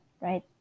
Right